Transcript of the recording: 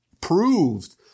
proved